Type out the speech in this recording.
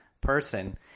person